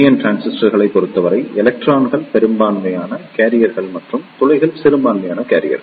என் டிரான்சிஸ்டர்களைப் பொறுத்தவரை எலக்ட்ரான்கள் பெரும்பான்மையான கேரியர்கள் மற்றும் துளைகள் சிறுபான்மை கேரியர்கள்